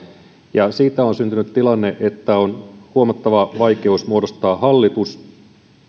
ja siitä on syntynyt tilanne että on huomattava vaikeus muodostaa hallitus